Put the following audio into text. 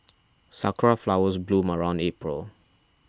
sakura flowers bloom around April